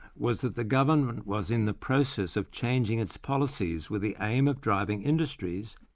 was that the government was in the process of changing its policies with the aim of driving industries,